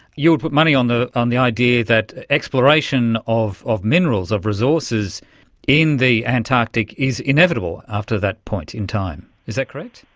you would put money on the on the idea that exploration of of minerals, of resources in the antarctic is inevitable after that point in time. is that correct?